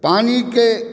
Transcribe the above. पानीकेॅं